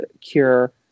cure